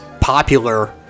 popular